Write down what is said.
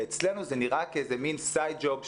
אצלנו זה נראה כמו איזה מין side job,